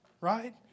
Right